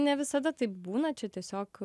ne visada taip būna čia tiesiog